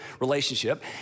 relationship